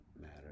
Matter